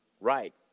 right